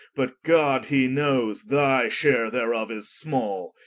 but god he knowes, thy share thereof is small.